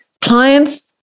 clients